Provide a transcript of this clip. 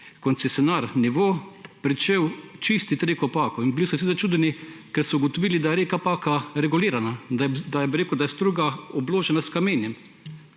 koncesionar Nivo pričel čistiti reko Pako. In bili so vsi začudeni, ker so ugotovili, da je reka Paka regulirana, da je struga obložena s kamenjem.